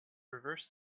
reversed